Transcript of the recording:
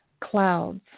Clouds